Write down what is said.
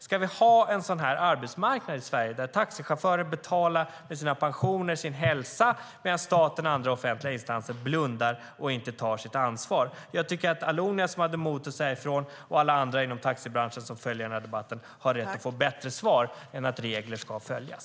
Ska vi ha en sådan här arbetsmarknad i Sverige där taxichaufförer betalar med sina pensioner och sin hälsa medan staten och andra offentliga instanser blundar och inte tar sitt ansvar? Jag tycker att Allonias som hade mod att säga ifrån och alla andra inom taxibranschen som följer den här debatten har rätt att få ett bättre svar än att regler ska följas.